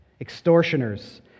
extortioners